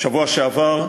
בשבוע שעבר,